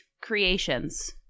Creations